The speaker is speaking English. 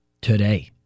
today